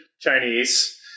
Chinese